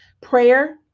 prayer